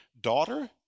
daughter